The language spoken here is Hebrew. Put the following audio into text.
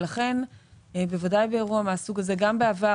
לכן, בוודאי באירוע מהסוג הזה, גם בעבר